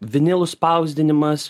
vinilų spausdinimas